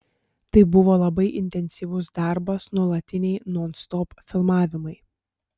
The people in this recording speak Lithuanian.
tai buvo labai intensyvus darbas nuolatiniai nonstop filmavimai